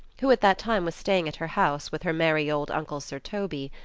who at that time was staying at her house with her merry old uncle sir toby.